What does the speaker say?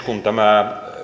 kun tämä